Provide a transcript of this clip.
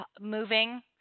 moving